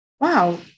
wow